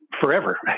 forever